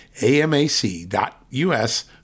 amac.us